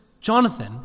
Jonathan